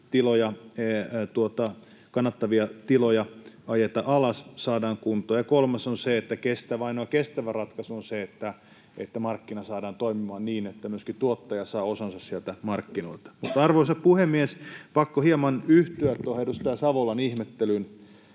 kannattavia tiloja ajeta alas. Ja kolmas on se, että ainoa kestävä ratkaisu on se, että markkina saadaan toimimaan niin, että myöskin tuottaja saa osansa sieltä markkinoilta. Mutta, arvoisa puhemies, pakko hieman yhtyä tuohon edustaja Savolan ihmettelyyn.